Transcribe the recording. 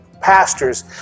pastors